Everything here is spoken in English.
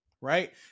right